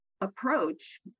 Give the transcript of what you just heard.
approach